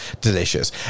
delicious